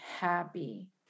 happy